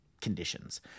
conditions